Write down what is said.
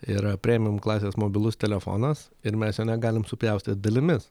yra premium klasės mobilus telefonas ir mes jo negalim supjaustyt dalimis